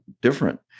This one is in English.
different